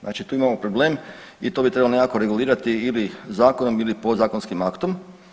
Znači tu imamo problem i to bi trebalo nekako regulirati ili zakonom ili podzakonskim aktom.